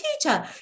teacher